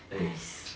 nice